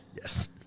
Yes